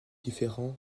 différents